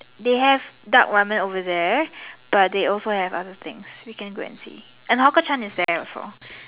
they have duck Ramen over there but they also have other things we can go and see and hawker Chan is there also